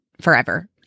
forever